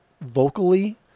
vocally